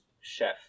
chef